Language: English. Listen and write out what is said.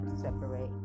separate